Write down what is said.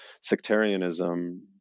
sectarianism